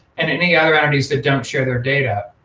and any other entities that don't share their data.